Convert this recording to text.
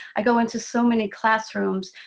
i go into so many classrooms.